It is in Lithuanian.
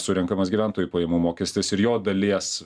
surenkamas gyventojų pajamų mokestis ir jo dalies